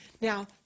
Now